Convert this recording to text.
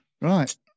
right